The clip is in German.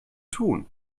tun